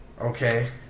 Okay